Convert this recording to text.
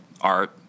art